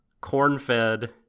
corn-fed